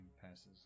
passes